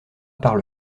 part